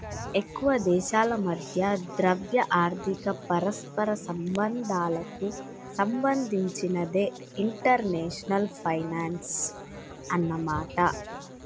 ఎక్కువ దేశాల మధ్య ద్రవ్య ఆర్థిక పరస్పర సంబంధాలకు సంబంధించినదే ఇంటర్నేషనల్ ఫైనాన్సు అన్నమాట